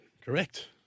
Correct